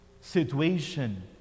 situation